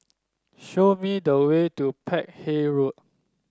show me the way to Peck Hay Road